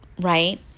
right